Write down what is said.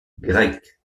grecques